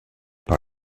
par